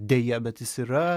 deja bet jis yra